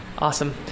Awesome